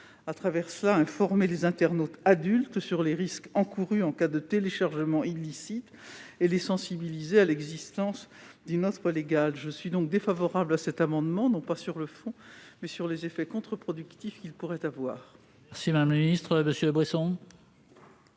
de pouvoir informer les internautes adultes sur les risques encourus en cas de téléchargement illicite et les sensibiliser à l'existence d'une offre légale. Je suis défavorable à cet amendement, non sur le fond, mais en raison des effets contreproductifs qu'il pourrait avoir.